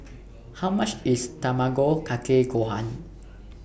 How much IS Tamago Kake Gohan